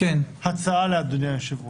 הצעה לאדוני היושב ראש.